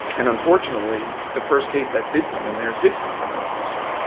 and unfortunately the first case that did come in there did come from an officer.